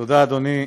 תודה, אדוני.